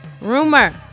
Rumor